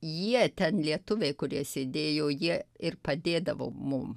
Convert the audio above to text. jie ten lietuviai kurie sėdėjo jie ir padėdavo mum